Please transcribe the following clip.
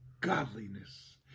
godliness